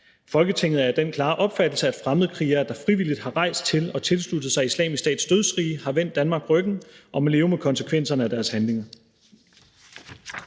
Folketinget er af den klare opfattelse, at fremmedkrigere, der frivilligt har rejst til og tilsluttet sig Islamisk Stats dødsrige, har vendt Danmark ryggen og må leve med konsekvenserne af deres handlinger.«